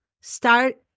start